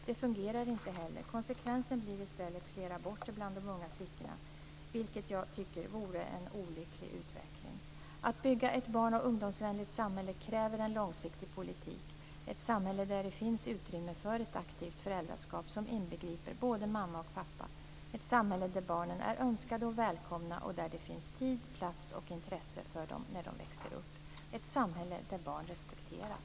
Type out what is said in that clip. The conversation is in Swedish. Det fungerar inte heller. Konsekvensen blir i stället fler aborter bland de unga flickorna, vilket jag tycker vore en olycklig utveckling. Att bygga ett barn och ungdomsvänligt samhälle kräver en långsiktig politik. Det är ett samhälle där det finns utrymme för ett aktivt föräldraskap som inbegriper både mamma och pappa. Det är ett samhälle där barnen är önskade och välkomna och där det finns tid, plats och intresse för dem när de växer upp. Det är ett samhälle där barn respekteras.